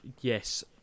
yes